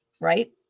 right